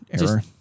error